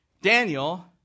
Daniel